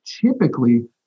typically